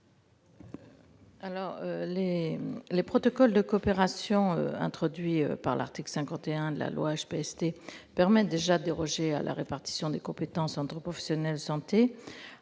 Les protocoles de coopération introduits par l'article 51 de la loi HPST permettent déjà de déroger à la répartition des compétences entre professionnels de santé.